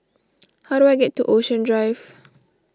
how do I get to Ocean Drive